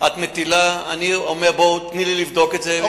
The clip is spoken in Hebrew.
את מטילה, אני אומר: תני לי לבדוק את זה.